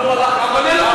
מה הבעיה?